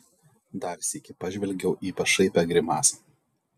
dar sykį pažvelgiau į pašaipią grimasą